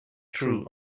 true